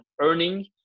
earning